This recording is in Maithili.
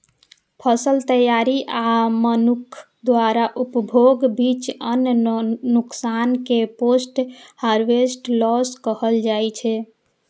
फसल तैयारी आ मनुक्ख द्वारा उपभोगक बीच अन्न नुकसान कें पोस्ट हार्वेस्ट लॉस कहल जाइ छै